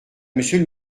monsieur